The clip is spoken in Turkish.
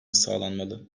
sağlanmalı